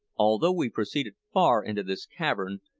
although we proceeded far into this cavern,